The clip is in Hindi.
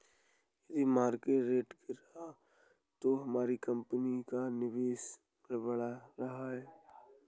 यदि मार्केट रेट गिरा तो हमारी कंपनी का निवेश गड़बड़ा सकता है